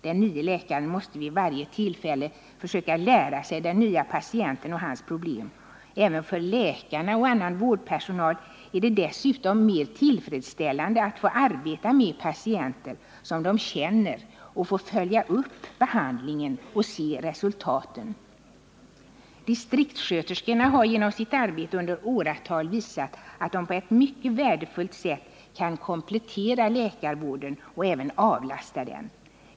Den nye läkaren måste vid varje tillfälle försöka ”lära sig” den nya patienten och hans problem. Även för läkare och annan vårdpersonal är det dessutom mer tillfredsställande att få arbeta med patienter som de känner och få följa upp behandlingen och se resultaten. Distriktssköterskorna har genom sitt arbete under åratal visat, att de på ett mycket värdefullt sätt kan komplettera läkarvården och även avlasta den.